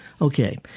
Okay